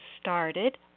started